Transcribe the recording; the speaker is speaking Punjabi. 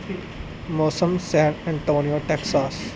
ਮੌਸਮ ਸੈਨ ਐਂਟੋਨੀਓ ਟੈਕਸਾਸ